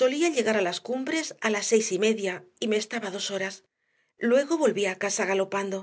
solía llegar a las cumbres a las seis y media y me estaba dos horas luego volvía a casa galopando